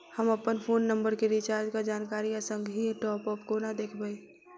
हम अप्पन phone number केँ रिचार्जक जानकारी आ संगहि टॉप अप कोना देखबै?